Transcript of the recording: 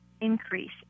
increase